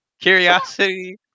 Curiosity